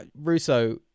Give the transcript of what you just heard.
Russo